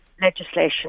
legislation